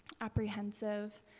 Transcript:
apprehensive